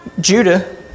Judah